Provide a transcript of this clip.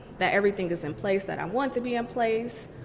that everything is in place that i want to be in place.